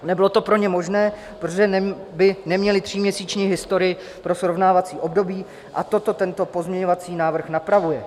Nebylo to pro ně možné, protože by neměli tříměsíční historii pro srovnávací období, a toto tento pozměňovací návrh napravuje.